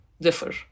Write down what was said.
differ